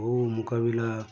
ও মোকাবিলা